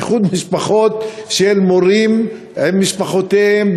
איחוד משפחות של מורים עם משפחותיהם,